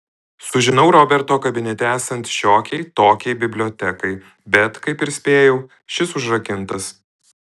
sužinau roberto kabinete esant šiokiai tokiai bibliotekai bet kaip ir spėjau šis užrakintas